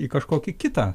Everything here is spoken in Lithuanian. į kažkokį kitą